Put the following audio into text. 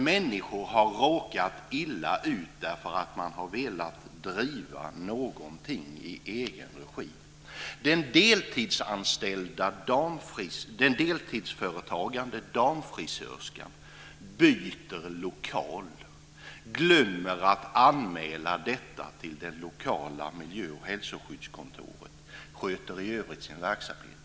Människor har där råkat illa ut därför att de har velat driva något i egen regi. Det första exemplet gäller den deltidsföretagande damfrisörskan som byter lokal och glömmer att anmäla detta till det lokala miljö och hälsoskyddskontoret. I övrigt sköter hon sin verksamhet.